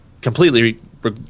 completely